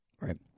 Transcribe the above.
right